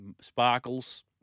Sparkles